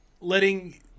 letting